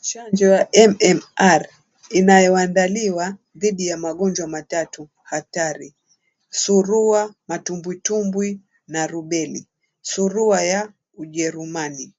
Chanjo ya MMR inayoandaliwa dhidi ya magonjwa matatu hatari, surua matumbutumbwi na rubeni, surua ya ujerumani.